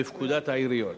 בפקודת העיריות,